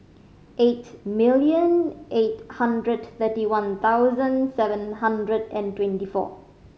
eight million eight hundred thirty one thousand seven hundred and twenty four